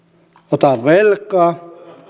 otan velkaa